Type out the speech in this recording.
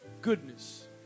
goodness